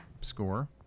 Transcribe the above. score